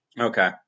Okay